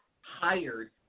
hired